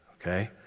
okay